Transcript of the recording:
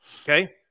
Okay